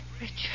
Richard